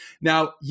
Now